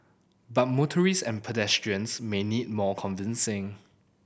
but motorists and pedestrians may need more convincing